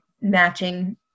matching